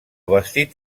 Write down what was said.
vestit